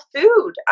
food